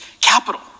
capital